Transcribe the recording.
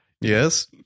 yes